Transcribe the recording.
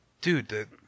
dude